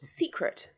secret